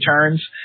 turns